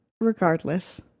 regardless